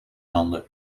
handen